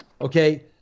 okay